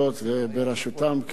מנהלת הוועדה,